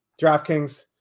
DraftKings